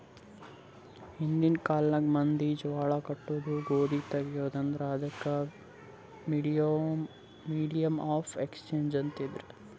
ಹಿಂದಿನ್ ಕಾಲ್ನಾಗ್ ಮಂದಿ ಜ್ವಾಳಾ ಕೊಟ್ಟು ಗೋದಿ ತೊಗೋತಿದ್ರು, ಅದಕ್ ಮೀಡಿಯಮ್ ಆಫ್ ಎಕ್ಸ್ಚೇಂಜ್ ಅಂತಾರ್